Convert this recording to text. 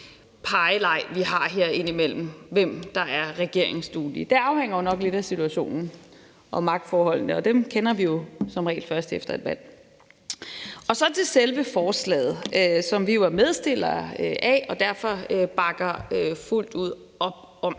altså i forhold til hvem der er regeringsduelig. Det afhænger nok lidt af situationen og magtforholdene, og dem kender vi jo som regel først efter et valg. Så kommer jeg til selve forslaget, som vi jo er medfremsættere af og derfor bakker fuldt ud op om.